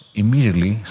immediately